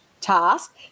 task